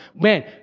man